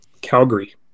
Calgary